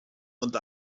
und